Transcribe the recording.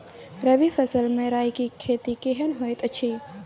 रबी फसल मे राई के खेती केहन होयत अछि?